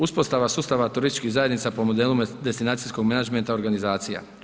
Uspostava sustava turističkih zajednica po modelu destinacijskog menadžmenta organizacija.